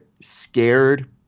scared